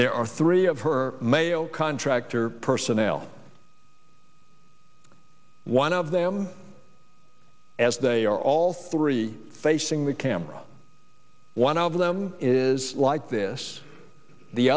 there are three of her male contractor personnel one of them as they are all three facing the camera one of them is like this the